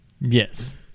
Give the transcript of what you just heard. Yes